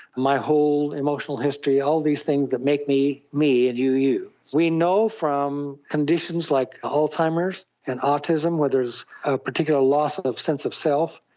my whole emotional history, all these things that make me me and you you. we know from conditions like ah alzheimer's and autism where there is a particular loss of a sense of self,